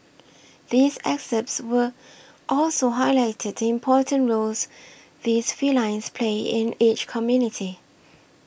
these excepts were also highlight the important roles these felines play in each community